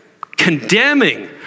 condemning